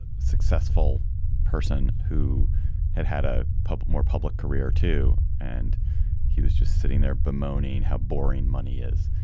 successful person who had had a public more public career, too, and he was just sitting there bemoaning how boring money is.